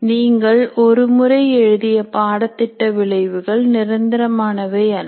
நீங்கள் ஒரு முறை எழுதிய பாடத்திட்ட விளைவுகள் நிரந்தரமானவை அல்ல